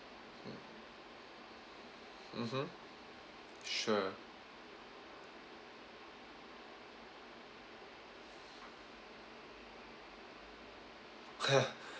hmm mmhmm sure